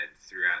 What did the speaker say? throughout